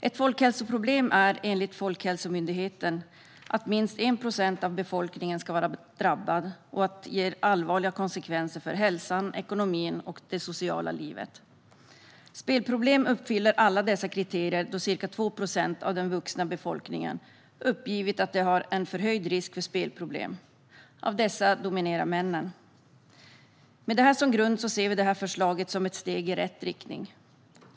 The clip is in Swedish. Enligt Folkhälsomyndigheten är något ett folkhälsoproblem när minst 1 procent av befolkningen är drabbad och när det ger allvarliga konsekvenser för hälsan, ekonomin och det sociala livet. Spelproblem uppfyller alla dessa kriterier, då ca 2 procent av den vuxna befolkningen har uppgett att de har en förhöjd risk för spelproblem. Av dessa dominerar männen. Med detta som grund tycker vi att förslaget är ett steg i rätt riktning.